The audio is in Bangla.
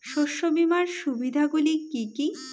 শস্য বীমার সুবিধা গুলি কি কি?